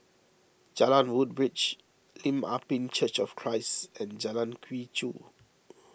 Jalan Woodbridge Lim Ah Pin Church of Christ and Jalan Quee Chew